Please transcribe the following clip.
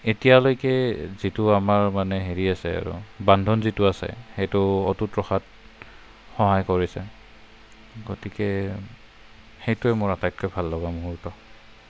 এতিয়ালৈকে যিটো আমাৰ মানে হেৰি আছে আৰু বান্ধোন যিটো আছে সেইটো অটুত ৰখাত সহায় কৰিছে গতিকে সেইটোৱে মোৰ আটাইতকৈ ভাল লগা মুহূৰ্ত